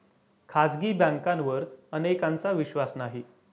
खाजगी बँकांवर अनेकांचा विश्वास नाही